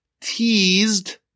teased